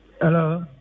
Hello